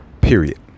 Period